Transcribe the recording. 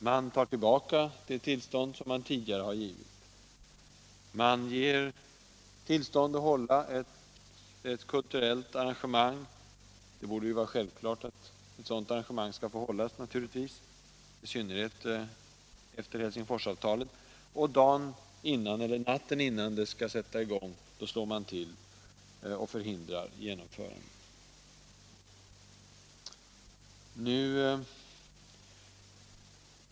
Man tar tillbaka det tillstånd man tidigare har givit. Man ger tillstånd till ett kulturellt arrangemang. Ett sådant borde självklart få genomföras, i synnerhet efter Helsingforsavtalet. Men natten innan det skall hållas slår man till och förhindrar genomförandet.